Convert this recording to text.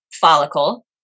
follicle